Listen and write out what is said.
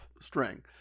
string